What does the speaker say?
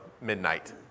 midnight